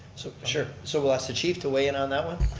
so sure, so we'll ask the chief to weigh in on that one.